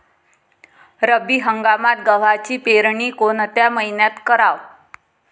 रब्बी हंगामात गव्हाची पेरनी कोनत्या मईन्यात कराव?